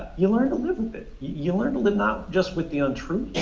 you learn to live with it. you learn to live not just with the untruth,